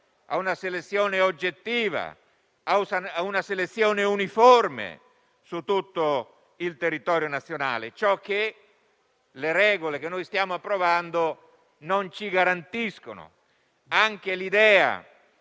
a una selezione seria, oggettiva e uniforme su tutto il territorio nazionale: ciò che le regole che stiamo provando non ci garantiscono. Anche l'idea